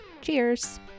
Cheers